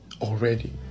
already